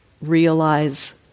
realize